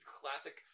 classic